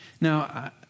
Now